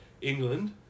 England